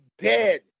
dead